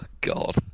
god